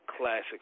classic